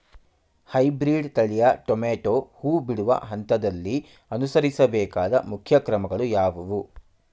Hybrid ತಳಿಯ tomato ಹೂ ಬಿಡುವ ಹಂತದಲ್ಲಿ ಅನುಸರಿಸಬೇಕಾದ ಮುಖ್ಯ ಕ್ರಮಗಳು ಯಾವುವು?